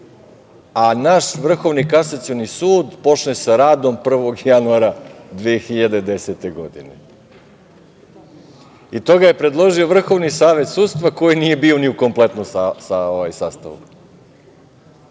a naš Vrhovni kasacioni sud počne sa radom 1. januara 2010. godine i to ga je predložio VSS koji nije bio ni u kompletnom sastavu.